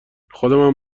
خودمم